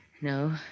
No